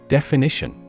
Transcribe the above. Definition